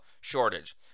shortage